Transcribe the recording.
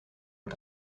het